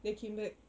then came back